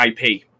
ip